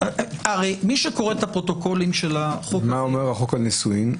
הרי מי שקורא את הפרוטוקולים של החוק- -- מה אומר על חוק הנישואין?